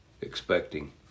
expecting